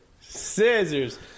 Scissors